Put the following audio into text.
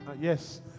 yes